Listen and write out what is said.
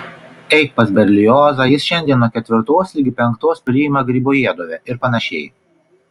eik pas berliozą jis šiandien nuo ketvirtos ligi penktos priima gribojedove ir panašiai